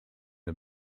are